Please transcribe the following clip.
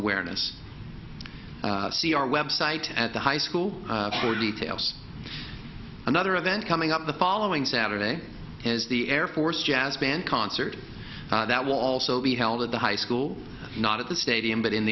awareness see our website at the high school for details another event coming up the following saturday is the air force jazz band concert that will also be held at the high school not at the stadium but in